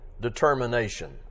determination